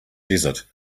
desert